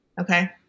Okay